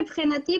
מבחינתי,